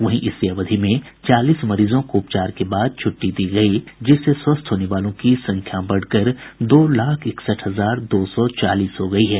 वहीं इसी अवधि में चालीस मरीजों को उपचार के बाद छुट्टी दी गयी जिससे स्वस्थ होने वालों की संख्या बढ़कर दो लाख इकसठ हजार दो सौ चालीस हो गयी है